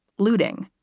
looting.